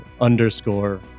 underscore